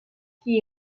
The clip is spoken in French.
qui